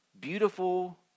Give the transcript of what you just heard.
beautiful